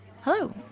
Hello